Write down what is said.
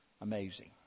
Amazing